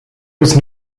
was